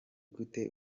gute